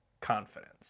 confidence